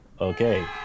Okay